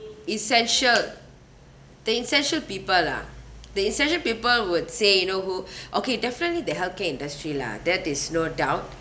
essential the essential people lah the essential people would say you know who okay definitely the healthcare industry lah that is no doubt